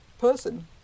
person